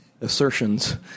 assertions